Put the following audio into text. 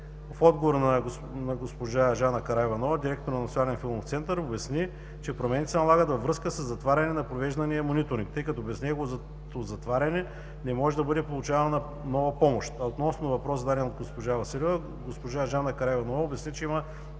В отговор госпожа Жана Караиванова – директор на Националния филмов център, обясни, че промените се налагат във връзка със затваряне на провеждания мониторинг, тъй като без неговото затваряне не може да бъде получавана нова помощ, а относно въпроса, зададен от госпожа Василева, госпожа Жана Караиванова обясни, че има